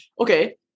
Okay